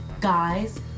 guys